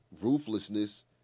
ruthlessness